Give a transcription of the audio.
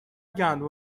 گندم